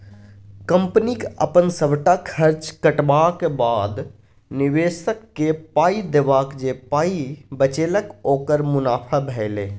कंपनीक अपन सबटा खर्च कटबाक बाद, निबेशककेँ पाइ देबाक जे पाइ बचेलक ओकर मुनाफा भेलै